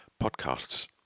podcasts